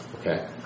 Okay